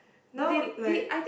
now like